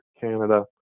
Canada